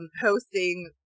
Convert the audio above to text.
hosting